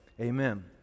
amen